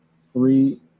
three